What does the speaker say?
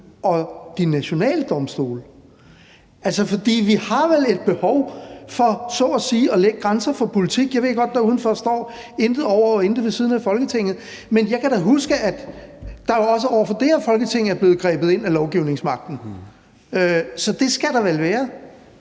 og de nationale domstole. For vi har vel et behov for så at sige at lægge grænser for politik. Jeg ved godt, at man siger »Ingen over og ingen ved siden af Folketinget«, men jeg kan da huske, at der også over for det her Folketing er blevet grebet ind af lovgivningsmagten, så der skal vel være